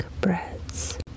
breads